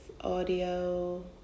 audio